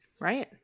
Right